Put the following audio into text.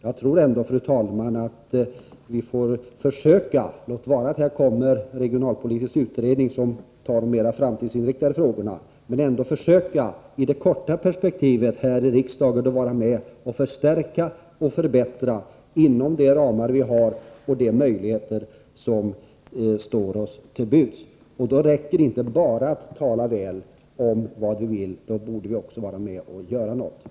Jag tror ändå, fru talman, att vi här i riksdagen i det korta perspektivet får försöka —låt vara att en regionalpolitisk utredning kommer att ta upp de mera framtidsinriktade frågorna — att arbeta på en förstärkning och en förbättring inom nu gällande ramar och med hänsyn till de möjligheter vi har. Då räcker detinte att bara tala väl om vad man vill. Då borde vi också vara med och göra någonting.